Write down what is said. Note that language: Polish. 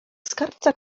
skarbca